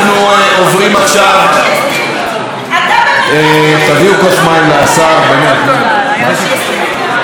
אנחנו עוברים עכשיו, תביאו כוס מים לשר, באמת, נו.